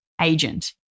agent